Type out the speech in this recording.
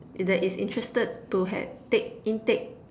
it is interested to had take intake